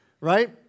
right